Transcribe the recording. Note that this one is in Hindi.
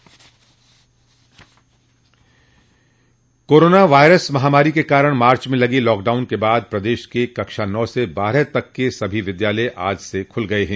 कोरोना वायरस महामारी के कारण मार्च में लगे लॉकडाउन के बाद प्रदेश के कक्षा नौ से बारहवीं तक के सभी विद्यालय आज से खुल गये हैं